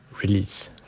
release